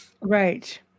Right